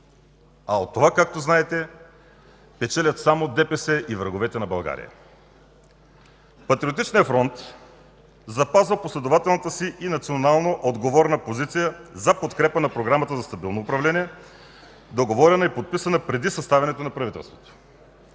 а от това, както знаете, печелят само ДПС и враговете на България. Патриотичният фронт запазва последователната си и национално отговорна позиция за подкрепа на програмата за стабилно управление, договорена и подписана преди съставянето на правителството,